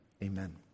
Amen